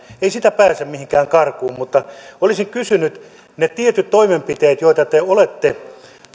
ei sitä pääse mihinkään karkuun olisin kuitenkin kysynyt niistä tietyistä toimenpiteistä joita te olette